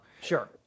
Sure